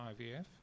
IVF